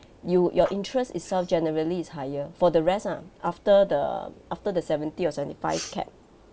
you your interest itself generally is higher for the rest ah after the after the seventy or seventy five cap